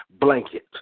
blanket